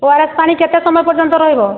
ଓ R S ପାଣି କେତେ ସମୟ ପର୍ଯ୍ୟନ୍ତ ରହିବ